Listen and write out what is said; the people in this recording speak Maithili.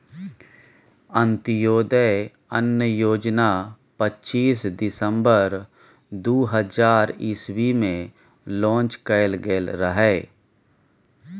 अंत्योदय अन्न योजना पच्चीस दिसम्बर दु हजार इस्बी मे लांच कएल गेल रहय